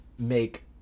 make